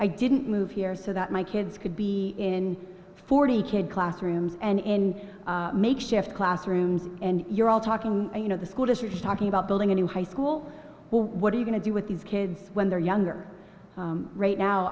i didn't move here so that my kids could be in forty kid classrooms and in makeshift classrooms and you're all talking you know the school districts talking about building a new high school what are you going to do with these kids when they're younger right now